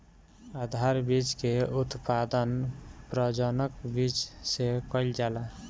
आधार बीज के उत्पादन प्रजनक बीज से कईल जाला